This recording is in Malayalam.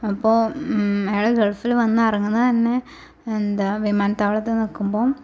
അപ്പോൾ അയൾ ഗള്ഫിൽ വന്നിറങ്ങുന്നത് തന്നെ എന്താ വിമാനത്താവളത്തിൽ നിൽക്കുമ്പോൾ